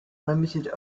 limited